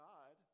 God